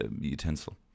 utensil